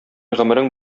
гомерең